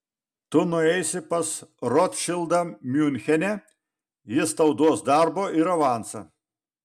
tu nueisi pas rotšildą miunchene jis tau duos darbo ir avansą